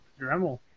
Dremel